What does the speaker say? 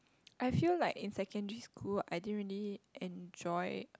I feel like in secondary school I didn't really enjoy